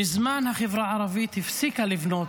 מזמן החברה הערבית הפסיקה לבנות.